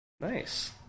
nice